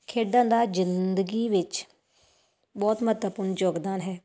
ਖੇਡਾਂ ਦਾ ਜ਼ਿੰਦਗੀ ਵਿੱਚ ਬਹੁਤ ਮਹੱਤਵਪੂਰਨ ਯੋਗਦਾਨ ਹੈ